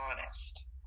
honest